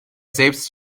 selbst